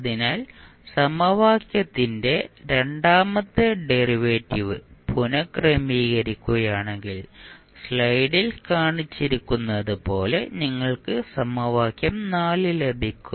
അതിനാൽ സമവാക്യത്തിന്റെ രണ്ടാമത്തെ ഡെറിവേറ്റീവ് പുനക്രമീകരിക്കുകയാണെങ്കിൽ സ്ലൈഡിൽ കാണിച്ചിരിക്കുന്നതുപോലെ നിങ്ങൾക്ക് സമവാക്യം ലഭിക്കും